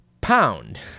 pound